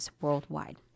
worldwide